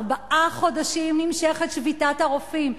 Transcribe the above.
ארבעה חודשים נמשכת שביתת הרופאים,